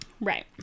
Right